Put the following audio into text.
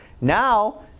now